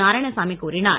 நாராயணசாமி கூறினார்